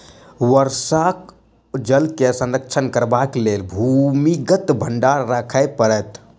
वर्षाक जल के संरक्षण करबाक लेल भूमिगत भंडार राखय पड़त